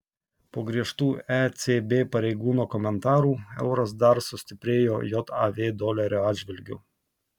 po griežtų ecb pareigūno komentarų euras dar sustiprėjo jav dolerio atžvilgiu